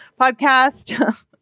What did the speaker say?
podcast